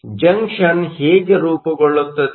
ಆದ್ದರಿಂದ ಜಂಕ್ಷನ್ ಹೇಗೆ ರೂಪುಗೊಳ್ಳುತ್ತದೆ